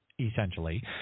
essentially